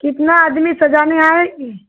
कितना आदमी सजाने आएगी